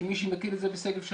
כמי שמכיר את זה בשגב שלום,